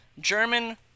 German